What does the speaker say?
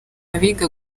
abiga